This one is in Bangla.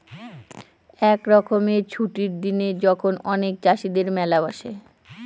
এক রকমের ছুটির দিনে যখন অনেক চাষীদের মেলা বসে